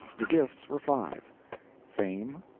the gifts were five fame,